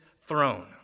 throne